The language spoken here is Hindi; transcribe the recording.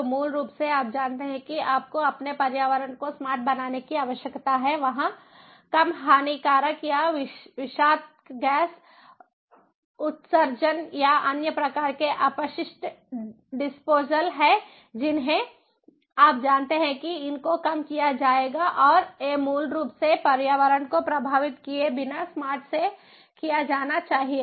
तो मूल रूप से आप जानते हैं कि आपको अपने पर्यावरण को स्मार्ट बनाने की आवश्यकता है वहाँ कम हानिकारक या विषाक्त गैस उत्सर्जन या अन्य प्रकार के अपशिष्ट डिस्पोज़ल हैं जिन्हें आप जानते हैं कि इनको कम किया जाएगा और ये मूल रूप से पर्यावरण को प्रभावित किए बिना स्मार्ट से किया जाना चाहिए